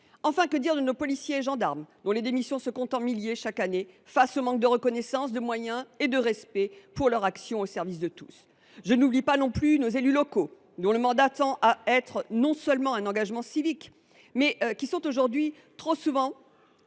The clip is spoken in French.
Enfin, que dire des policiers et des gendarmes, dont les démissions se comptent par milliers chaque année compte tenu du manque de reconnaissance, de moyens et de respect pour leur action au service de tous. Je n’oublie pas non plus les élus locaux, dont le mandat tend à être un engagement civique. Eux aussi sont trop souvent